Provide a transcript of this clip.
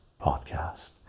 podcast